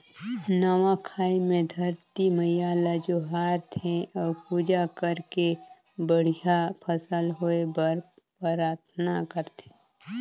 नवा खाई मे धरती मईयां ल जोहार थे अउ पूजा करके बड़िहा फसल होए बर पराथना करथे